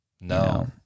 No